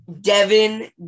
Devin